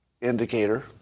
indicator